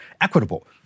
equitable